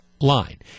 line